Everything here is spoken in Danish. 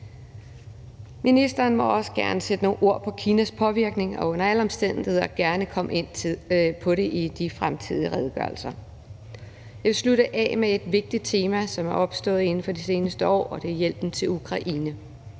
Ministeren må også gerne sætte nogle ord på Kinas påvirkning og under alle omstændigheder gerne komme ind på det i de fremtidige redegørelser. Jeg vil slutte af med et vigtigt tema, som er opstået inden for de seneste år, og det er hjælpen til Ukraine.